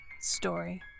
story